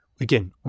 again